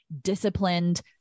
disciplined